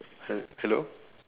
he~ hello